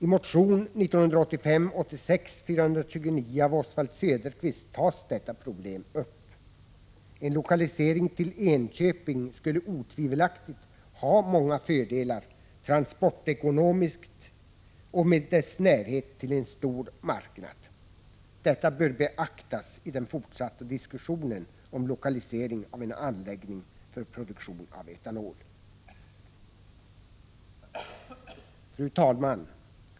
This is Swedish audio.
I motion 1985/86:N429 av Oswald Söderqvist tas detta problem upp. En lokalisering till Enköping skulle otvivelaktigt ha många fördelar transportekonomiskt och med dess närhet till en stor marknad. Detta bör beaktas i den fortsatta diskussionen om lokalisering av en anläggning för produktion av etanol. Fru talman!